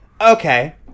Okay